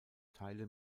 teile